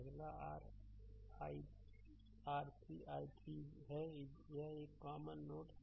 अगला r3 i3 है यह एक कॉमन नोड है